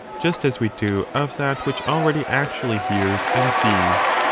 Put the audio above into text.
just as we do of that which already actually hears and sees.